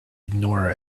ignore